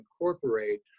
incorporate